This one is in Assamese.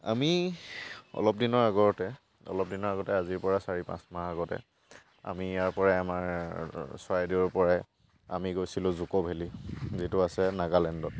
আমি অলপ দিনৰ আগতে অলপ দিনৰ আগতে আজিৰপৰা চাৰি পাঁচ মাহৰ আগতে আমি ইয়াৰপৰা আমাৰ চৰাইদেউৰপৰাই আমি গৈছিলোঁ জুকো ভেলি যিটো আছে নাগালেণ্ডত